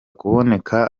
kuboneka